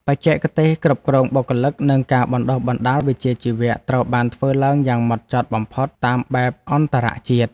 បច្ចេកទេសគ្រប់គ្រងបុគ្គលិក និងការបណ្តុះបណ្តាលវិជ្ជាជីវៈត្រូវបានធ្វើឡើងយ៉ាងម៉ត់ចត់បំផុតតាមបែបអន្តរជាតិ។